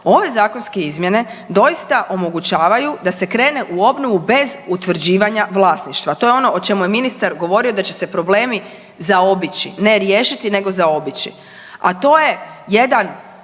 ove zakonske izmjene doista omogućavaju da se krene u obnovu bez utvrđivanja vlasništva. To je ono o čemu je ministar govorio da će se problemi zaobići, ne riješiti nego zaobići. A to je jedan